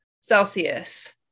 Celsius